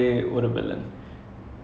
how did they like